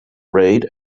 raid